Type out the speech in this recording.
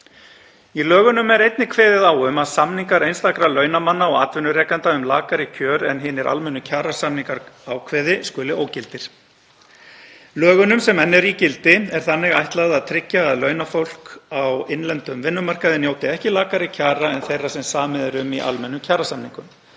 Í lögunum er einnig kveðið á um að samningar einstakra launamanna og atvinnurekenda um lakari kjör en hinir almennu kjarasamningar ákveði skuli ógildir. Lögunum, sem enn eru í gildi, er þannig ætlað að tryggja að launafólk á innlendum vinnumarkaði njóti ekki lakari kjara en þeirra sem samið er um í almennum kjarasamningum.